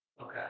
Okay